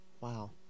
Wow